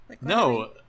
No